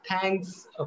Thanks